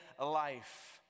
life